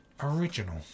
original